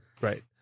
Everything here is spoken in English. Right